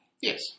Yes